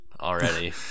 already